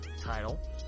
title